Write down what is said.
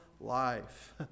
life